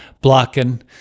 blocking